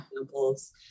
examples